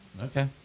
okay